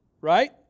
right